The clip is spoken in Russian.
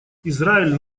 израиль